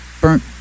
burnt